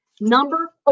number